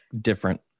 different